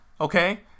okay